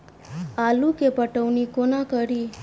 आलु केँ पटौनी कोना कड़ी?